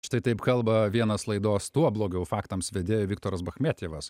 štai taip kalba vienas laidos tuo blogiau faktams vedėjų viktoras bachmetjevas